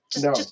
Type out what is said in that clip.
No